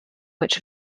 which